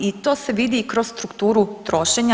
I to se vidi i kroz strukturu trošenja.